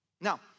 Now